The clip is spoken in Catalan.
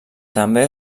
també